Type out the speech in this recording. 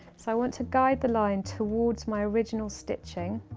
so i want to guide the line towards my original stitching